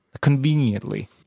conveniently